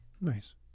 Nice